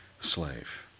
Slave